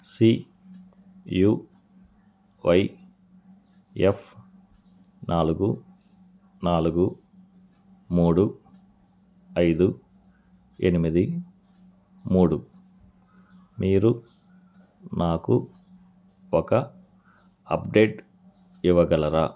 CUYF నాలుగు నాలుగు మూడు ఐదు ఎనిమిది మూడు మీరు నాకు ఒక అప్డేట్ ఇవ్వగలరా